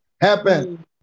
happen